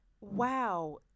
wow